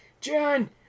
John